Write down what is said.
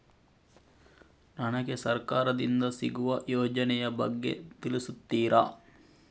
ನನಗೆ ಸರ್ಕಾರ ದಿಂದ ಸಿಗುವ ಯೋಜನೆ ಯ ಬಗ್ಗೆ ತಿಳಿಸುತ್ತೀರಾ?